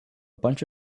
bunch